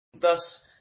Thus